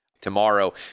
tomorrow